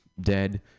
dead